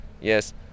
Yes